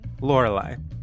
Lorelai